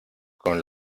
con